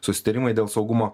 susitarimai dėl saugumo